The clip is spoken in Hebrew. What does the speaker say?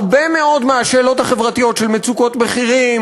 הרבה מאוד מהשאלות החברתיות של מצוקות מחירים